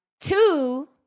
two